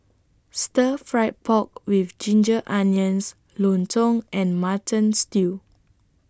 Stir Fried Pork with Ginger Onions Lontong and Mutton Stew